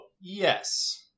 yes